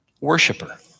worshiper